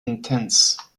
intense